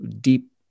deep